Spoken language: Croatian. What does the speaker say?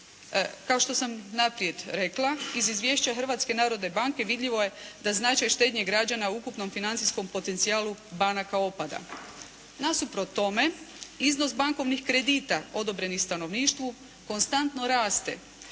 Kao što sam naprijed rekla iz izvješća Hrvatske narodne banke vidljivo je da značaj štednje građana u ukupnom financijskom potencijalu banaka pada. Nasuprot tome iznos bankovnih kredita odobrenih stanovništvu konstantno raste